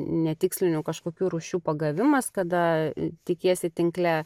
netikslinių kažkokių rūšių pagavimas kada tikiesi tinkle